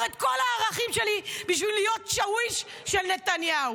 את כל הערכים שלי בשביל להיות שאוויש של נתניהו.